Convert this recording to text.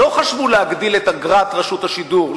לא חשבו להגדיל את אגרת רשות השידור,